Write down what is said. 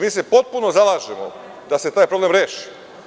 Mi se potpuno zalažemo da se taj problem reši.